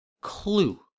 clue